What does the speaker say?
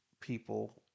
people